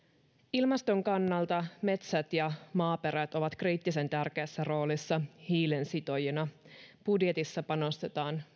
ilmaston kannalta metsät ja maaperät ovat kriittisen tärkeässä roolissa hiilen sitojina budjetissa panostetaan